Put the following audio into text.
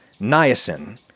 niacin